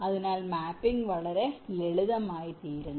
അതിനാൽ മാപ്പിംഗ് വളരെ ലളിതമായിത്തീരുന്നു